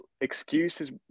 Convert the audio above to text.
excuses